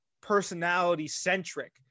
personality-centric